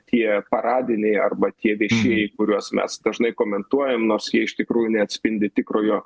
tie paradiniai arba tie viešieji kuriuos mes dažnai komentuojam nors jie iš tikrųjų neatspindi tikrojo